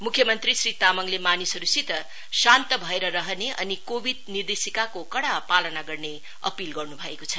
मुख्यमन्त्री श्री तामाङले मानिसहरुसित शान्त भएर रहने अनि कोविड निर्देशिकाको कड़ा पालना गर्ने अपील गर्नु भएको छ